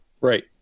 Right